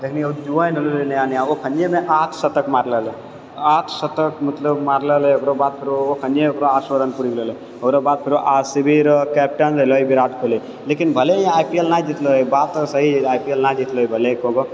जखनि ओ ज्वाइन भेल रहै नया नयामे ओ अखनिये आठ शतक मारले रहै आठ शतक मतलब मारले रहै ओकरो बाद फेरो अखनिये ओकरा आठ सए रन पूरि गेल रहै ओकर बाद फेरो आरसीबीरे कैप्टेन रहलै विराट कोहली लेकिन भले ही आइ पी ल नहि जितलै बात तऽ सही है आइ पील एल नहि जितलै एको गो